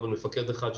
אבל מפקד אחד,